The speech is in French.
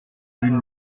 l’une